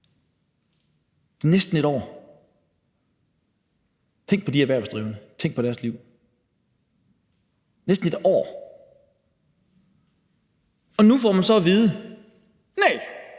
måned – næsten i et år. Tænk på de erhvervsdrivende, tænk på deres liv: næsten i et år. Nu får man så at vide: Næh,